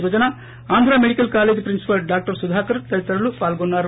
స్పజన Andhra medical college principal డా సుధాకర్ తదితరులు పాల్గొన్నారు